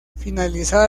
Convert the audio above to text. finalizada